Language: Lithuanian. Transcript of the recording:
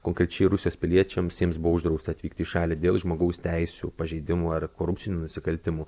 kenkrečiai rusijos piliečiams jiems buvo uždrausta atvykti į šalį dėl žmogaus teisių pažeidimų ar korupcinių nusikaltimų